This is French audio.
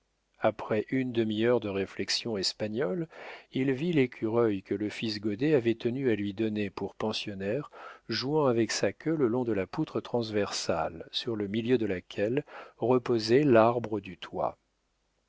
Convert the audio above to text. après une demi-heure de réflexions espagnoles il vit l'écureuil que le fils godet avait tenu à lui donner pour pensionnaire jouant avec sa queue le long de la poutre transversale sur le milieu de laquelle reposait l'arbre du toit